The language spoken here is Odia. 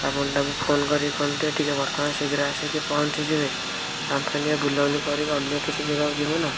ଆପଣ ତାଙ୍କୁ ଫୋନ୍ କରିକି କୁହନ୍ତୁ ଟିକେ ବର୍ତ୍ତମାନ ଶୀଘ୍ର ଆସିକି ପହଞ୍ଚି ଯିବେ ଆମେ ଫୁଣି ବୁଲା ବୁଲି କରିକି ଅନ୍ୟ କିଛି ଜେଗାକୁ ଯିବୁ ନା